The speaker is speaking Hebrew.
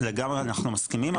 לגמרי אנחנו מסכימים,